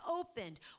opened